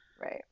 right